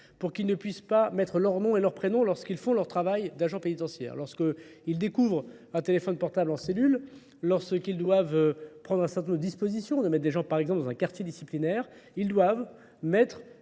pour qu'ils ne puissent pas mettre leur nom et leur prénom lorsqu'ils font leur travail d'agent pénitentiaire. Lorsqu'ils découvrent un téléphone portable en cellule, lorsqu'ils doivent prendre un certain nombre de dispositions, de mettre des gens par exemple dans un quartier disciplinaire, ils doivent mettre